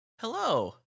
Hello